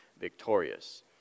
victorious